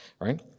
right